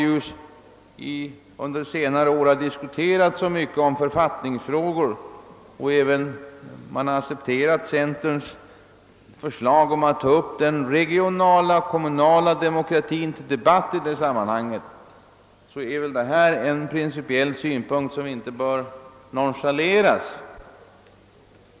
Under senare år har vi ju diskuterat författningsfrågorna mycket ingående, och även om man då har accepterat centerns förslag att ta upp den regionala, kommunala demokratin till debatt, så är väl detta ändå en principiell synpunkt som inte bör nonchaleras.